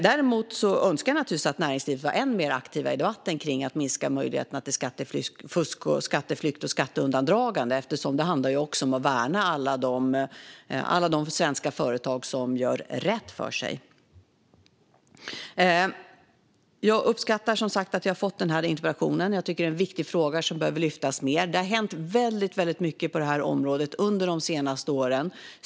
Däremot önskar jag naturligtvis att näringslivet var än mer aktivt i debatten kring att minska möjligheterna till skattefusk, skatteflykt och skatteundandragande, för det handlar ju också om att värna alla de svenska företag som gör rätt för sig. Jag uppskattar som sagt att jag har fått denna interpellation. Jag tycker att det är en viktig fråga som behöver lyftas mer. Det har hänt väldigt mycket på detta område under de senaste åren.